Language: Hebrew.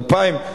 ל-2,000.